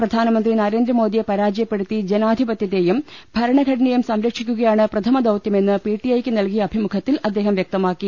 പ്രധാനമന്ത്രി നരേന്ദ്രമോദിയെ പരാജയപ്പെടുത്തി ജനാധിപത്യ ത്തേയും ഭരണഘടനയേയും സംരക്ഷിക്കുയാണ് പ്രഥമ ദൌത്യമെന്ന് പിടിഐ ക്ക് നൽകിയ അഭിമുഖത്തിൽ അദ്ദേഹം വൃക്തമാക്കി